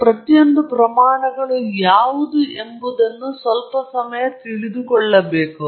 ಮತ್ತು ಈ ಎರಡೂ ಸಂದರ್ಭಗಳಲ್ಲಿ ತಾಪಮಾನ ಮತ್ತು ಒತ್ತಡ ಎರಡನ್ನೂ ಸಹ ನೀವು ಕೂಡಾ ಮಾಪನ ಮಾಡುವ ಸಂವೇದಕವು ಸ್ವಲ್ಪಮಟ್ಟಿಗೆ ಕಲುಷಿತವಾಗಿದೆಯೆಂದು ನಿಮಗೆ ತಿಳಿದಿರಲೇ ಬೇಕು